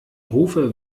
rufe